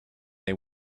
they